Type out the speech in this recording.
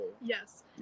yes